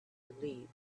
relieved